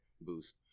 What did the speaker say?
boost